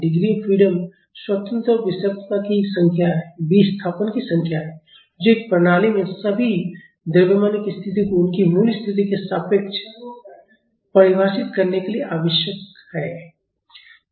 degree of freedom स्वतंत्र विस्थापन की संख्या है जो एक प्रणाली में सभी द्रव्यमानों की स्थिति को उनकी मूल स्थिति के सापेक्ष परिभाषित करने के लिए आवश्यक है